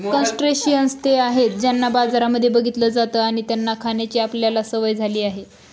crustaceans ते आहेत ज्यांना बाजारांमध्ये बघितलं जात आणि त्यांना खाण्याची आपल्याला सवय झाली आहे